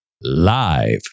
live